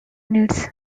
needs